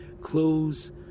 clothes